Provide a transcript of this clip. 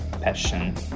passion